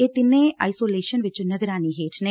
ਇਹ ਤਿੰਨੇ ਆਈਸੋਲੇਸ਼ਨ ਵਿਚ ਨਿਗਰਾਨੀ ਹੇਠ ਨੇ